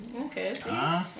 okay